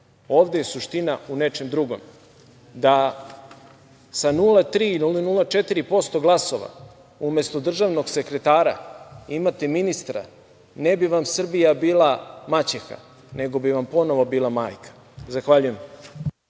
Ovde je suština u nečem drugom. Da sa 0,3% ili 0,.4% glasova umesto državnog sekretara imate ministra, ne bi vam Srbija bila maćeha, nego bi vam ponovo bila majka. Hvala.